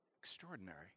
Extraordinary